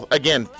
again